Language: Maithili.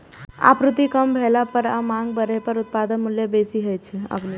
आपूर्ति कम भेला पर आ मांग बढ़ै पर उत्पादक मूल्य बेसी होइ छै